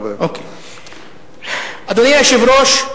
אדוני היושב-ראש,